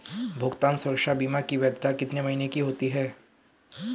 भुगतान सुरक्षा बीमा की वैधता कितने महीनों की होती है?